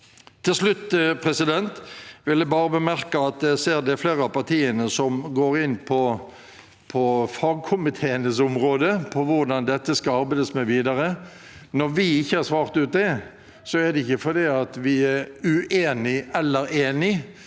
Til slutt vil jeg bare bemerke at jeg ser det er flere av partiene som går inn på fagkomiteenes områder når det gjelder hvordan dette skal arbeides med videre. Når vi ikke har svart ut det, er det ikke fordi vi er uenige eller enige,